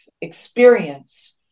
experience